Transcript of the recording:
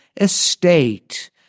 estate